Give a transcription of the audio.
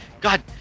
God